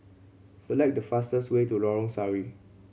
select the fastest way to Lorong Sari